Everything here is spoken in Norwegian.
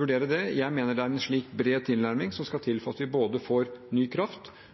vurdere det. Jeg mener at det er en slik bred tilnærming som skal til for at vi både får ny kraft